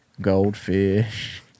goldfish